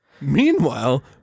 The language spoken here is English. Meanwhile